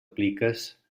pliques